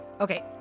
Okay